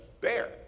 bear